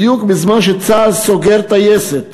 בדיוק בזמן שצה"ל סוגר טייסת